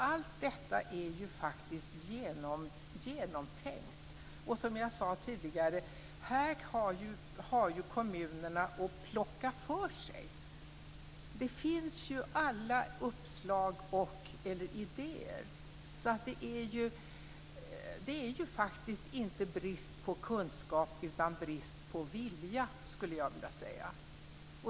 Allt detta är faktiskt genomtänkt. Och här har ju kommunerna, som jag sade tidigare, att plocka för sig. Det finns ju alla uppslag och/eller idéer. Det är faktiskt inte någon brist på kunskap utan brist på vilja, skulle jag vilja säga.